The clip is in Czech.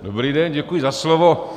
Dobrý den, děkuji za slovo.